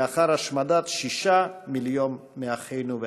לאחר השמדת שישה מיליון מאחינו ואחיותינו.